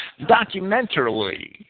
documentarily